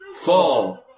four